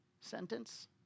sentence